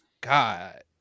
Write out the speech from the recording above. God